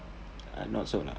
ah not so lah